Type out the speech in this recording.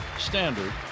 standard